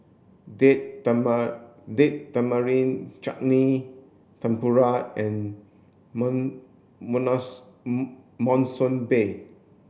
date Date Tamarind Chutney Tempura and Monsunabe